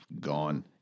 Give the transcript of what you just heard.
gone